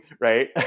right